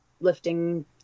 lifting